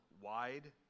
wide